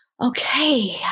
okay